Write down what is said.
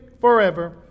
forever